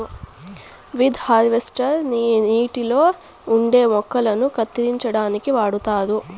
weed harvester ని నీటిలో ఉండే మొక్కలను కత్తిరించడానికి వాడుతారు